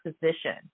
position